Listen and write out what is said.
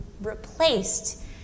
replaced